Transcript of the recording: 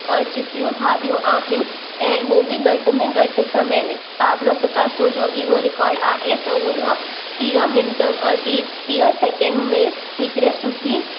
चित्रियूं ठाहियूं आहिनि ऐं उहो बि घटि में घटि समय में पाब्लो पिकासो जो इहो रिकॉर्ड आहे त हुन टीह मिन्ट टी टीह सेकेंड में हिकिड़े सुठी